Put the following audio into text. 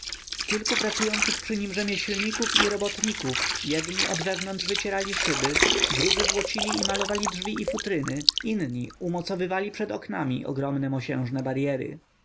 z kilku pracujących przy nim rzemieślników i robotników jedni od wewnątrz wycierali szyby drudzy złocili i malowali drzwi i futryny inni umocowywali przed oknami ogromne mosiężne baryery